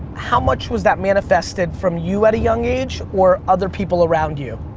how much was that manifested from you at a young age or other people around you?